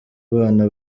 abana